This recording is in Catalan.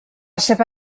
seva